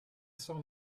saw